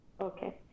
Okay